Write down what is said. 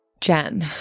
Jen